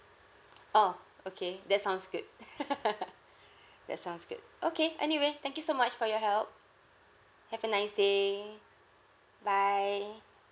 oh okay that sounds good that sounds good okay anyway thank you so much for your help have a nice day bye